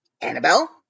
Annabelle